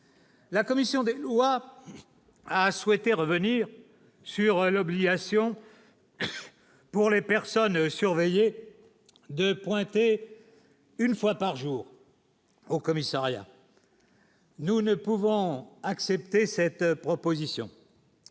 La commission des lois a souhaité revenir sur l'obligation pour les personnes surveillées de pointer une fois par jour. Au commissariat, nous ne pouvons accepter cette proposition,